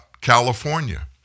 California